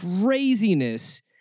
craziness